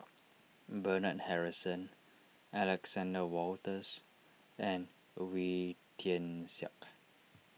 Bernard Harrison Alexander Wolters and Wee Tian Siak